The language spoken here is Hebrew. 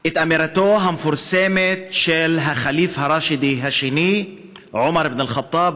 את אמירתו המפורסמת של הח'ליף הרשידי השני עומר בן אל-ח'טאב,